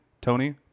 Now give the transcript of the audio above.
Tony